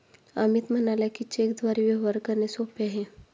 अमित म्हणाला की, चेकद्वारे व्यवहार करणे सोपे आहे